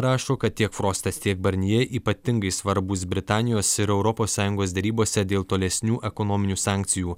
rašo kad tiek frostas tiek barnje ypatingai svarbus britanijos ir europos sąjungos derybose dėl tolesnių ekonominių sankcijų